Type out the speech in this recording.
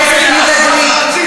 חבר הכנסת יהודה גליק.